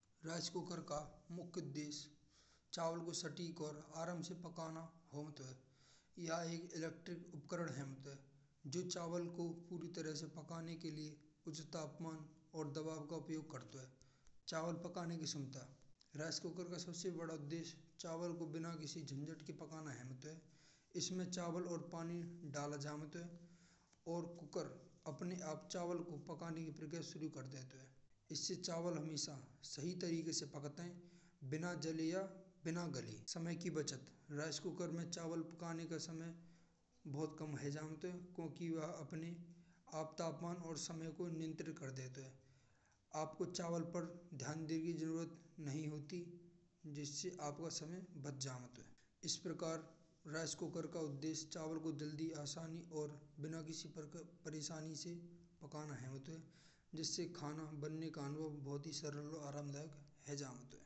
Rice cooker का मुख्य उद्देश्य चावल को सटीक और आराम से पकाना होत है। यह एक इलेक्ट्रिक उपकरण हमत है। जो चावल को पूरी तरह से पकाने के लिए उचित तापमान और दबाव का उपयोग करतो है चावल पकाने की क्षमता। राइस कुकर का सबसे बड़ा उद्देश्य चावल को बिना किसी झंझट के पकाना हेमत है। इसमें चावल और पानी डाला जाम तो और कुकर अपने आप चावल को पकाने की प्रक्रिया शुरू कर देते हैं इससे चावल हमेशा सही तरीके से पकाते हैं। बिना जले, बिना गले। समय की बचत चावल कुकर में चावल पकाने का समय बहुत कम जानत है। क्योंकि वह अपने आप तापमान और समय को नियत्रित कर देते हैं। आपको चावल पर ध्यान देने की जरुरत नहीं होती। जिससे आपका समय बच जमत है। इस प्रकार राइस कुकर का उद्देश्य चावल को जल्दी, आसानी और बिना किसी परेशानी से पकाए जातो है। जिससे खाना बनने का अनुभव बहुत ही सरल और आरामदायक हो जात है।